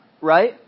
Right